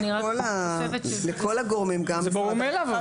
זה ברור מאליו.